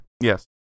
Yes